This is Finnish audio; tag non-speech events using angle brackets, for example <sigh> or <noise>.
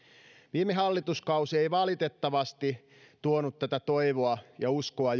viime hallituskausi ei valitettavasti juurikaan tuonut tätä toivoa ja uskoa <unintelligible>